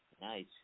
Nice